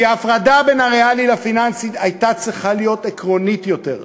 כי הפרדה בין הריאלי לפיננסי הייתה צריכה להיות עקרונית יותר.